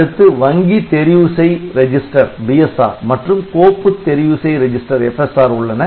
அடுத்து வங்கி தெரிவு செய் ரெஜிஸ்டர் மற்றும் கோப்பு தெரிவு செய் ரிஜிஸ்டர் உள்ளன